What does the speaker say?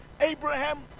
Abraham